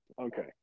Okay